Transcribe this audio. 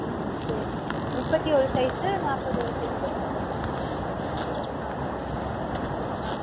ம் சரிங்க முப்பத்து ஓரு சைஸ் நாற்பது ஒரு சைஸில் கொடுத்துடறேங்க